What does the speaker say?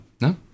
No